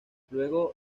luego